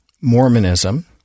Mormonism